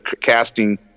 casting